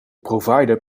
provider